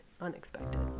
Unexpected